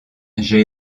j’ai